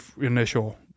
initial